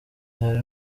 hari